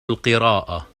القراءة